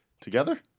Together